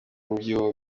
umubyibuho